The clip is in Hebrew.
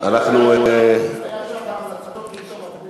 גם זו אמירה.